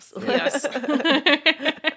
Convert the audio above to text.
Yes